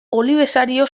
olibesario